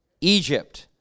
Egypt